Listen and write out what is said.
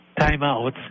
Timeouts